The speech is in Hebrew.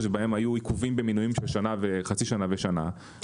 שבהם היו עיכובים במינויים של חצי שנה ושנה.